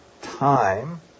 time